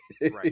Right